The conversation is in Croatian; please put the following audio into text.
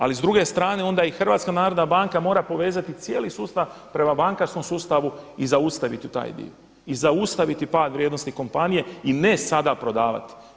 Ali s druge strane onda i HNB mora povezati cijeli sustav prema bankarskom sustavu i zaustaviti taj dio i zaustaviti pad vrijednosti kompanije i ne sada prodavati.